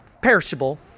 perishable